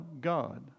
God